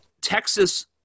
Texas